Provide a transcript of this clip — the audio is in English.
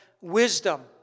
wisdom